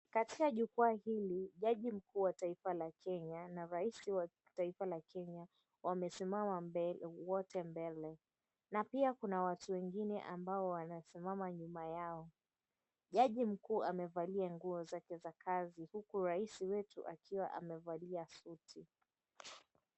Katika jukwaa hili jaji mkuu wa taifa la Kenya na rais wa taifa la Kenya wamesimama wote mbele na pia kuna watu wengine ambao wanasimama nyuma yao. Jaji mkuu amevalia nguo zake za kazi huku rais wetu akiwa amevalia suti.